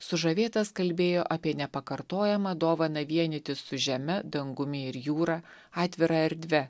sužavėtas kalbėjo apie nepakartojamą dovaną vienytis su žeme dangumi ir jūra atvira erdve